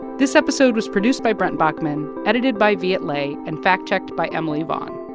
this episode was produced by brent baughman, edited by viet lei and fact checked by emily vaughn.